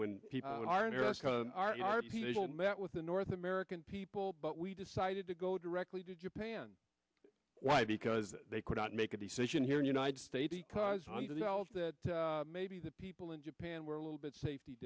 met with the north american people but we decided to go directly to japan why because they could not make a decision here in united states because that maybe the people in japan were a little bit